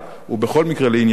בכל מקרה, לענייננו,